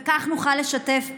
וכך נוכל לשתף פעולה.